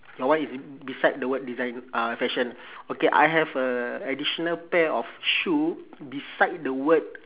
your one is it beside the word design uh fashion okay I have a additional pair of shoe beside the word